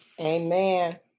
Amen